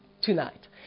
tonight